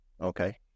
okay